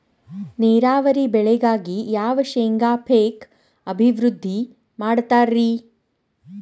ನೇರಾವರಿ ಬೆಳೆಗಾಗಿ ಯಾವ ಶೇಂಗಾ ಪೇಕ್ ಅಭಿವೃದ್ಧಿ ಮಾಡತಾರ ರಿ?